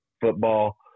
football